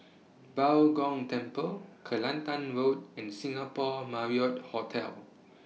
Bao Gong Temple Kelantan Road and Singapore Marriott Hotel